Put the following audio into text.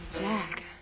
Jack